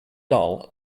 dull